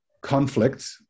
conflict